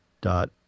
dot